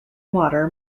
water